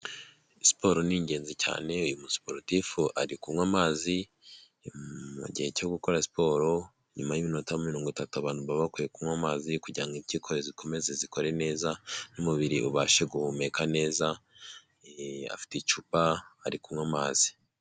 Siporo ni ingenzi cyane uyu mu siporutifu ari kunywa amazi mu gihe cyo gukora siporo nyuma y'iminota mirongo itatu abantu baba bakwiye kunywa amazi kugira impyiko zikomeze zikore neza n'umubiri ubashe guhumeka neza, afite icupa ari kunywa amazi.